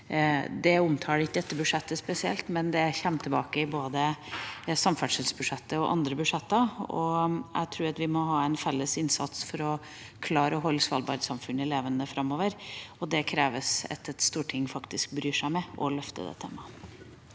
Det omtaler ikke dette budsjettet spesielt, men det kommer tilbake i både samferdselsbudsjettet og andre budsjetter. Jeg tror vi må ha en felles innsats for å klare å holde Svalbard-samfunnet levende framover, og det krever at Stortinget faktisk bryr seg med å løfte det